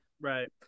Right